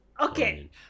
Okay